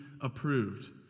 approved